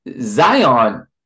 Zion